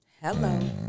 Hello